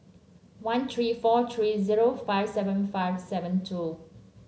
one three four three zero five seven five seven two